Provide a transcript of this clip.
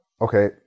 Okay